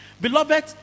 Beloved